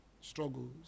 struggles